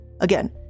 Again